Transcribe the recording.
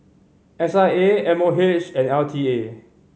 S I A M O H and L T A